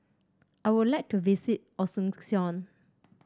I would like to visit Asuncion